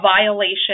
violation